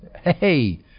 hey